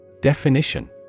Definition